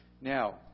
Now